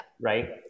Right